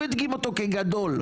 הוא הדגים אותו כגדול,